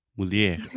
mulher